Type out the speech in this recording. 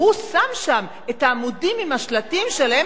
והוא שם שם את העמודים עם השלטים שעליהם